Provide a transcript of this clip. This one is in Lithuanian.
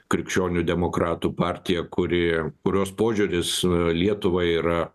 krikščionių demokratų partija kuri kurios požiūris lietuvą yra